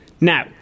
Now